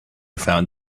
found